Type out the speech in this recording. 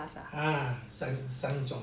啊三三种